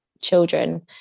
children